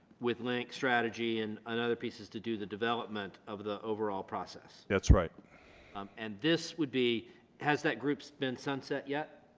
with link strategy and and other pieces to do the development of the overall process that's right um and this would be has that groups been sunset yet